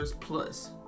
plus